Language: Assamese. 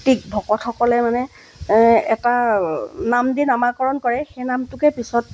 টিক ভকতসকলে মানে এটা নাম দি নামাকৰণ কৰে সেই নামটোকে পিছত